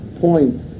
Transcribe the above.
point